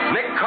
Nick